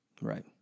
Right